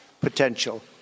potential